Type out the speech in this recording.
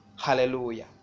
Hallelujah